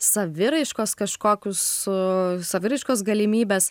saviraiškos kažkokius su saviraiškos galimybes